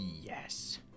Yes